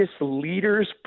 leaders